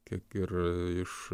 kaip ir iš